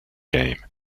game